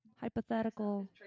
Hypothetical